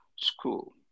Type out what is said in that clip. school